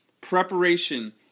preparation